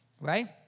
Right